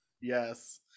yes